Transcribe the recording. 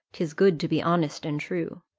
tis good to be honest and true,